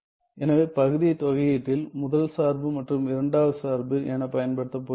எனவே பகுதி தொகையீட்டில் முதல் சார்பு மற்றும் இரண்டாவது சார்பு என பயன்படுத்தப் போகிறேன்